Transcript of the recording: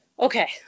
Okay